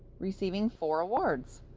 receiving four awards